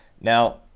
Now